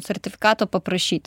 sertifikato paprašyti